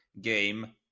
game